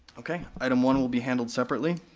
okay, item one will be handled separately.